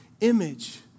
image